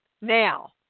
now